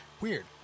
Weird